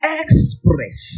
express